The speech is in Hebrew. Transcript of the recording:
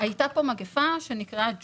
הייתה כאן מגיפה שנקראה ג'ול.